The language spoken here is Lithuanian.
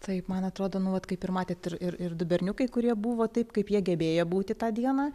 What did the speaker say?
taip man atrodo nu vat kaip ir matėt ir ir ir du berniukai kurie buvo taip kaip jie gebėjo būti tą dieną